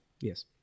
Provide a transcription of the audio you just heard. yes